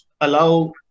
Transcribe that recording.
allow